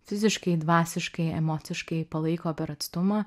fiziškai dvasiškai emociškai palaiko per atstumą